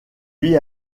vit